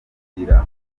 kugira